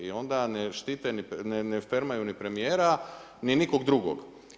I onda ne štite, ne fermaju ni premijera, ni nikog drugog.